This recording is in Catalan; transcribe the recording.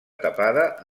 tapada